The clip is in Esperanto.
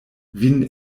vin